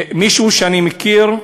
מישהו שאני מכיר,